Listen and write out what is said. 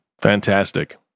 Fantastic